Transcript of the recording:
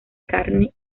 carne